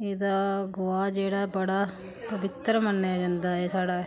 एह्दा गोहा जेह्ड़ा ऐ बड़ा पवित्तर मन्नेआ जंदा ऐ साढ़े